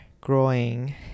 growing